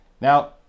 Now